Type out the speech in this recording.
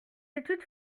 études